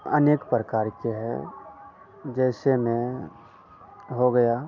अनेक प्रकार के हैं जैसे में हो गया